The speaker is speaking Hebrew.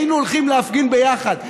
היינו הולכים להפגין ביחד.